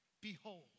Behold